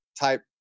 type